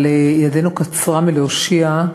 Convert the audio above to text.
אבל ידנו קצרה מלהושיע.